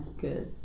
Good